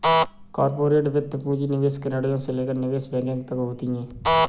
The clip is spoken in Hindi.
कॉर्पोरेट वित्त पूंजी निवेश निर्णयों से लेकर निवेश बैंकिंग तक होती हैं